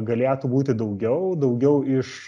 galėtų būti daugiau daugiau iš